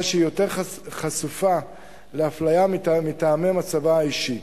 שהיא יותר חשופה לאפליה מטעמי מצבה האישי.